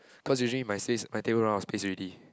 cause usually my space my table run out of space already